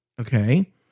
okay